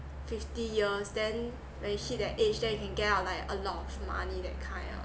fifty years then when you hit that age then you can get out like a lot of money that kind ah